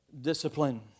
Discipline